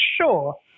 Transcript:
Sure